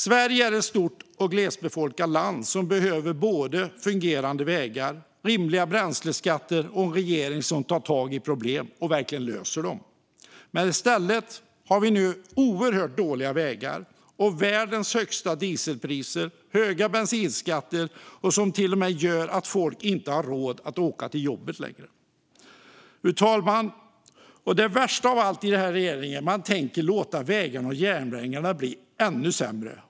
Sverige är ett stort och glesbefolkat land som behöver både fungerande vägar, rimliga bränsleskatter och en regering som tar tag i problem och verkligen löser dem. I stället har vi nu oerhört dåliga vägar, världens högsta dieselpriser och höga bensinskatter som till och med gör att folk inte har råd att åka till jobbet längre. Det värsta av allt, fru talman, är att den här regeringen tänker låta vägarna och järnvägarna bli ännu sämre.